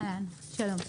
שלום,